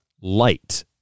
light